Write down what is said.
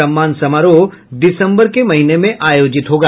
सम्मान समारोह दिसंबर महीने में आयोजित होगा